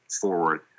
forward